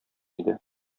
иде